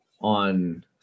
on